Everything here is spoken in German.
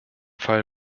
fall